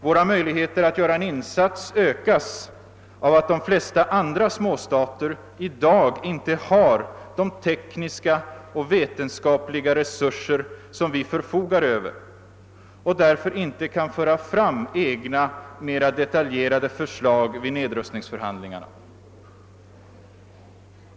Våra möjligheter att göra en insats ökas av att de flesta andra småstater i dag inte har de tekniska och vetenskapliga resurser, som vi förfogar över, och därför inte kan föra fram egna mera detaljerade förslag vid nedrustningsförhandlingarna.